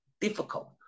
difficult